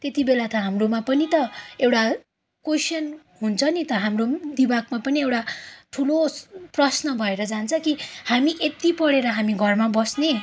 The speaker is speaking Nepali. त्यति बेला त हाम्रोमा पनि एउटा क्वैसन हुन्छ नि त हाम्रो दिमागमा पनि एउटा ठुलो प्रश्न भएर जान्छ कि हामी यत्ति पढेर हामी घरमा बस्ने